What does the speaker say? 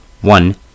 one